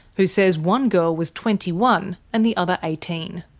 who says one girl was twenty one, and the other eighteen.